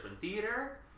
Theater